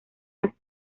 las